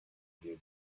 bir